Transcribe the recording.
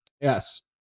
Yes